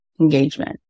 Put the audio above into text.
engagement